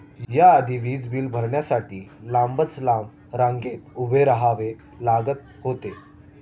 या आधी वीज बिल भरण्यासाठी लांबच लांब रांगेत उभे राहावे लागत होते